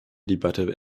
debatte